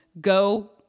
go